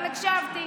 אבל הקשבתי.